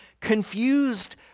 confused